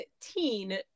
teen